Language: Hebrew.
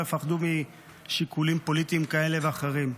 יפחדו משיקולים פוליטיים כאלה ואחרים.